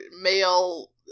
male